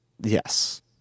yes